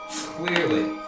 Clearly